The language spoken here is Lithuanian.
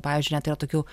pavyzdžiui net yra tokių